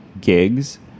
gigs